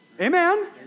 Amen